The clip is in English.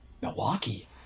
Milwaukee